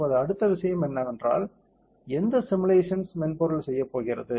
இப்போது அடுத்த விஷயம் என்னவென்றால் எந்த சிமுலேஷன்ஸ் மென்பொருள் செய்யப்போகிறது